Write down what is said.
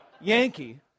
Yankee